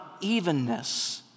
evenness